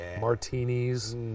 Martinis